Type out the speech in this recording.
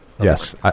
yes